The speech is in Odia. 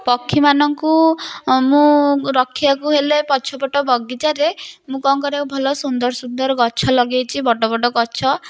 ପକ୍ଷୀମାନଙ୍କୁ ମୁଁ ରଖିବାକୁ ହେଲେ ପଛପଟ ବଗିଚାରେ ମୁଁ କ'ଣ ଭଲ ସୁନ୍ଦର ସୁନ୍ଦର ଗଛ ଲଗେଇଛି ବଡ଼ ବଡ଼ ଗଛ